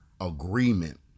Agreement